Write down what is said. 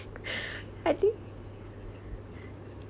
I think